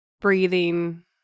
breathing